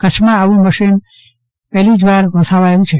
કચ્છમાં આવું મશીન પહેલી જ વાર વસાવાયુ છે